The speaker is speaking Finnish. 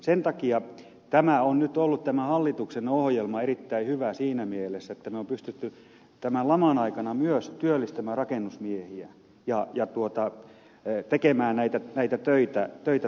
sen takia tämä hallituksen ohjelma on nyt ollut erittäin hyvä siinä mielessä että me olemme pystyneet tämän laman aikana myös työllistämään rakennusmiehiä ja tekemään näitä töitä tavallansa pankkoon jo valmiiksi